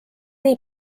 nii